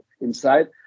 inside